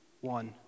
One